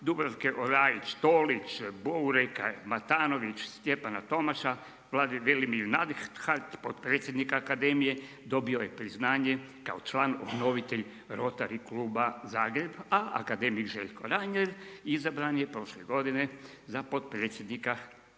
Dubravke Oraić, Tolić, Borueka, Matanović, Stjepana Tomaša, Velimir … potpredsjednik akademije dobio je priznanje kao član obnovitelj Rotary kluba Zagreb, a akademik Željko Reiner izabran je prošle godine za potpredsjednika Hrvatskog